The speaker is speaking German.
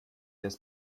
das